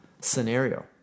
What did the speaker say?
scenario